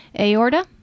aorta